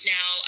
Now